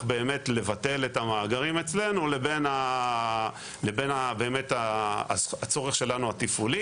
לבטל את המאגרים אצלנו לבין הצורך התפעולי שלנו.